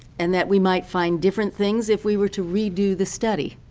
and that we might find different things if we were to redo the study.